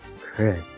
Chris